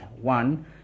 One